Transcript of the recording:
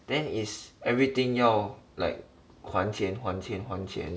then is everything 要 like 还钱还钱 huan qian